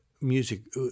music